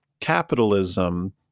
capitalism